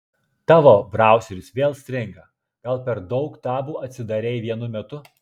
tavo brauseris vėl stringa gal per daug tabų atsidarei vienu metu